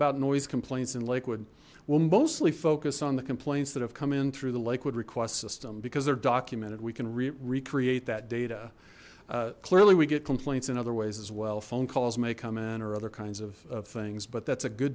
about noise complaints in lakewood will mostly focus on the complaints that have come in through the lakewood request system because they're documented we can recreate that data clearly we get complaints in other ways as well phone calls may come in or other kinds of things but that's a good